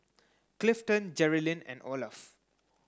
Clifton Jerrilyn and Olaf